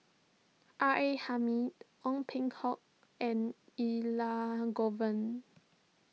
R A Hamid Ong Peng Hock and Elangovan